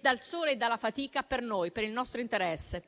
dal sole e dalla fatica per noi, per il nostro interesse.